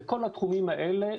בכל התחומים האלה,